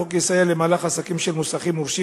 החוק יסייע למהלך העסקים של מוסכים מורשים